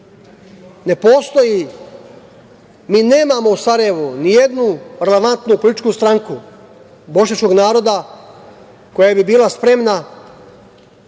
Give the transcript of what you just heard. postoji, mi nemamo u Sarajevu ni jednu relevantnu političku stranku bošnjačkog naroda koja bi bila spremna